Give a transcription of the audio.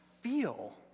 feel